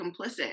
complicit